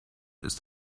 ist